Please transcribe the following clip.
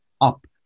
up